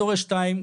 "הורה 2",